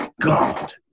God